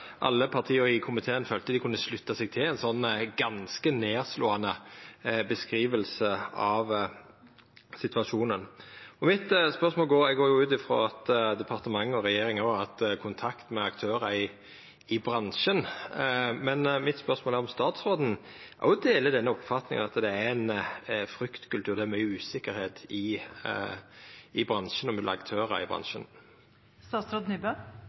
dei kunne slutta seg til ei slik ganske nedslåande skildring av situasjonen. Eg går ut frå at departementet og regjeringa har hatt kontakt med aktørar i bransjen. Mitt spørsmål er om statsråden deler oppfatninga om at det er ein fryktkultur, og at det er mykje usikkerheit i bransjen og mellom aktørar i